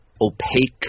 opaque